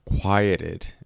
quieted